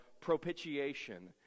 propitiation